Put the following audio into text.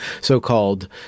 so-called